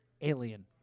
Alien